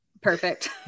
perfect